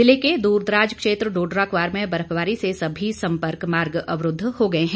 जिले के दूरदराज क्षेत्र डोडरा क्वार में बर्फबारी से सभी सम्पर्क मार्ग अवरूद्व हो गए हैं